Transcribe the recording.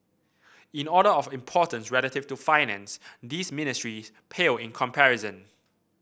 in order of importance relative to Finance these ministries pale in comparison